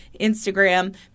Instagram